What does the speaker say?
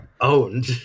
Owned